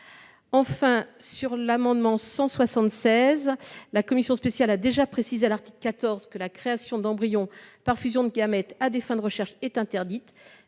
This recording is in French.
par cohérence. La commission spéciale a déjà précisé à l'article 14 que la création d'embryons par fusion de gamètes à des fins de recherche était interdite.